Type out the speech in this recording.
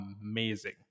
amazing